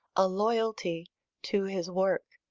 a loyalty to his work.